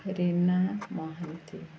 Rina Mohanty